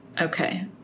Okay